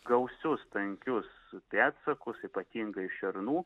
gausius tankius pėdsakus ypatingai šernų